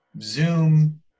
zoom